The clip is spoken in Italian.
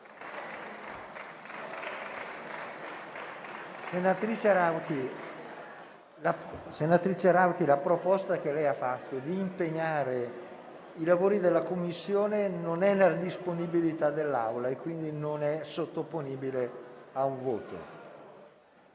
Senatrice Rauti, la proposta che ha fatto di impegnare i lavori della Commissione non è nella disponibilità dell'Assemblea, quindi non è sottoponibile a un voto.